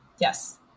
Yes